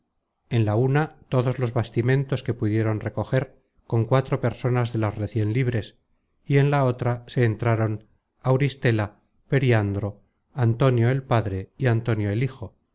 en la una todos los bastimentos que pudieron recoger con cuatro personas de las recien libres y en la otra se entraron auristela periandro antonio el padre y antonio el